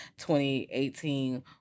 2018